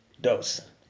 dos